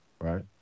right